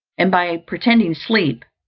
and by pretending sleep,